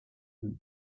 ian